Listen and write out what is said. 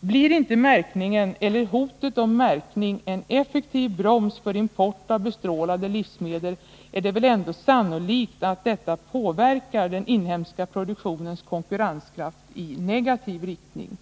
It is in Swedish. Blir inte märkningen, eller hotet om märkning, en effektiv broms för import av bestrålade livsmedel är det väl ändå sannolikt att detta påverkar den inhemska produktionens konkurrenskraft i negativ riktning.